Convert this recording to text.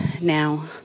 now